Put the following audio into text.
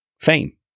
fame